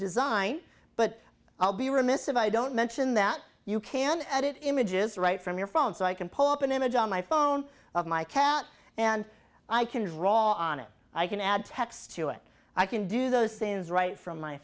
design but i'll be remiss if i don't mention that you can add it images right from your phone so i can pull up an image on my phone of my cat and i can draw on it i can add text to it i can do those scenes right from my